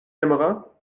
aimeras